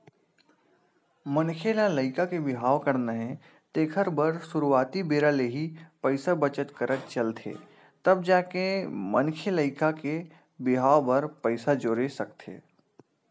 मनखे ल लइका के बिहाव करना हे तेखर बर सुरुवाती बेरा ले ही पइसा बचत करत चलथे तब जाके मनखे लइका के बिहाव बर पइसा जोरे सकथे